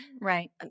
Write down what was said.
right